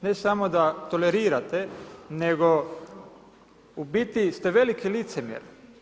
Ne samo da tolerirate nego u biti ste veliki licemjer.